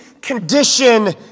condition